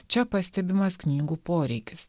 čia pastebimas knygų poreikis